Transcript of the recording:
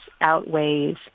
outweighs